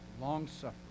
long-suffering